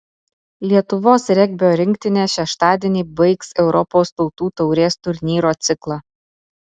lietuvos regbio rinktinė šeštadienį baigs europos tautų taurės turnyro ciklą